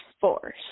force